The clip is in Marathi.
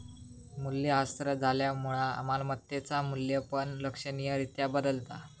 मूल्यह्रास झाल्यामुळा मालमत्तेचा मू्ल्य पण लक्षणीय रित्या बदलता